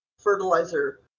fertilizer